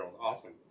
awesome